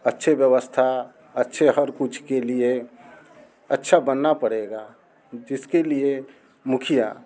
अच्छे व्यवस्था अच्छे हर कुछ के लिए अच्छा बनना पड़ेगा जिसके लिए मुखिया